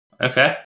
Okay